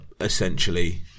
essentially